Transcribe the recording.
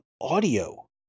audio